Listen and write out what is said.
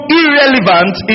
irrelevant